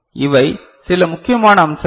இவை சில முக்கியமான அம்சங்கள்